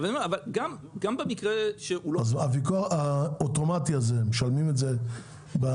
אבל גם במקרה שהוא לא --- אז האוטומטי הזה משלמים את זה לבנק?